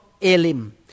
Elim